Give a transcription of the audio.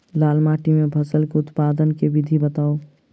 लाल माटि मे फसल केँ उत्पादन केँ विधि बताऊ?